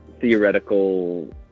Theoretical